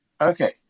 Okay